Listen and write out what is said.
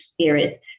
spirit